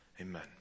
Amen